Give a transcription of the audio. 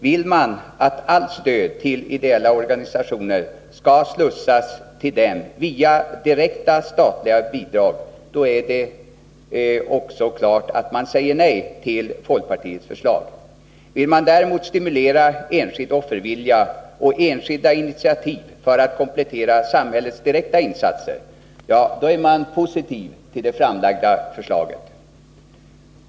Vill man att allt stöd till ideella organisationer skall slussas till dem via statliga bidrag, då är det också klart att man säger nej till folkpartiets förslag. Vill man däremot stimulera enskild offervilja och enskilda initiativ för att komplettera samhällets direkta insatser, ja, då är man positiv till det framlagda förslaget.